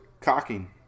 cocking